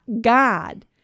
God